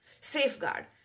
safeguard